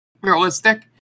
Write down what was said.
realistic